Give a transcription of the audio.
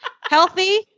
healthy